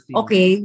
okay